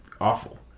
awful